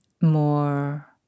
more